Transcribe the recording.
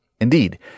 Indeed